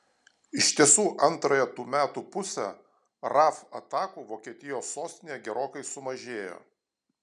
iš tiesų antrąją tų metų pusę raf atakų vokietijos sostinėje gerokai sumažėjo